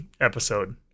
episode